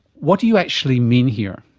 what do you actually mean here?